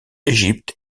égypte